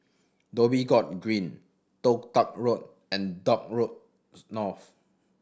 Dhoby Ghaut Green Toh Tuck Road and Dock Road North